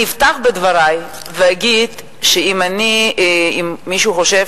אני אפתח בדברי ואגיד שאם מישהו חושב